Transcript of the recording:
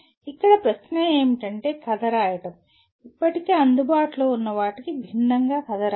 ఇక్కడ ప్రశ్న ఏమిటంటే కథ రాయడం ఇప్పటికే అందుబాటులో ఉన్న వాటికి భిన్నంగా కథను రాయండి